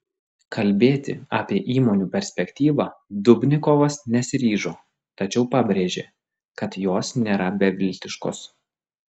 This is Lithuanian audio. kalbėti apie įmonių perspektyvą dubnikovas nesiryžo tačiau pabrėžė kad jos nėra beviltiškos